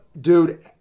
Dude